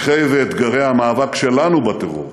לקחי ואתגרי המאבק שלנו בטרור